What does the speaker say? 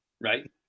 Right